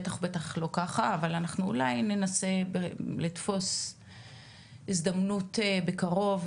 אבל אולי ננסה למצוא הזדמנות בקרוב,